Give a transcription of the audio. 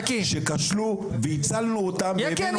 שכשלו והצלנו אותם והבאנו אותם לפה.